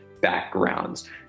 backgrounds